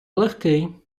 легкий